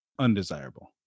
undesirable